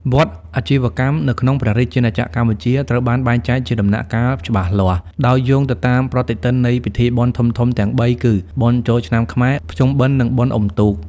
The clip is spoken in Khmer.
វដ្តអាជីវកម្មនៅក្នុងព្រះរាជាណាចក្រកម្ពុជាត្រូវបានបែងចែកជាដំណាក់កាលច្បាស់លាស់ ដោយយោងទៅតាមប្រតិទិននៃពិធីបុណ្យធំៗទាំងបីគឺ បុណ្យចូលឆ្នាំខ្មែរ ភ្ជុំបិណ្ឌ និងបុណ្យអុំទូក។